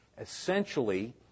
essentially